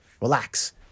relax